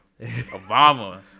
Obama